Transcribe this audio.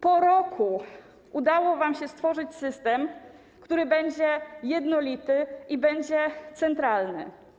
Po roku udało wam się stworzyć system, który będzie jednolity i będzie centralny.